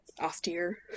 austere